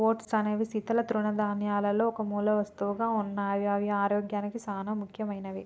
oats అనేక శీతల తృణధాన్యాలలో ఒక మూలవస్తువుగా ఉన్నాయి అవి ఆరోగ్యానికి సానా ముఖ్యమైనవి